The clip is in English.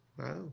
Wow